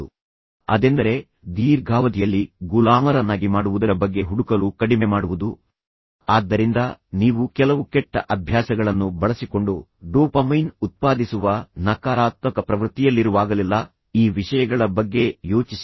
ಅದೆಂದರೆ ನಿಮ್ಮನ್ನು ಕೆಟ್ಟ ಅಭ್ಯಾಸಗಳನ್ನು ಬೆಳೆಸುವುದು ಮತ್ತು ನಂತರ ನಿಮ್ಮನ್ನು ದೀರ್ಘಾವಧಿಯಲ್ಲಿ ಗುಲಾಮರನ್ನಾಗಿ ಮಾಡುವುದರ ಬಗ್ಗೆ ಹುಡುಕಲು ಕಡಿಮೆ ಮಾಡುವುದು ಆದ್ದರಿಂದ ನೀವು ಕೆಲವು ಕೆಟ್ಟ ಅಭ್ಯಾಸಗಳನ್ನು ಬಳಸಿಕೊಂಡು ಡೋಪಮೈನ್ ಉತ್ಪಾದಿಸುವ ನಕಾರಾತ್ಮಕ ಪ್ರವೃತ್ತಿಯಲ್ಲಿರುವಾಗಲೆಲ್ಲಾ ಈ ವಿಷಯಗಳ ಬಗ್ಗೆ ಯೋಚಿಸಿ